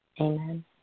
Amen